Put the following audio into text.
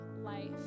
life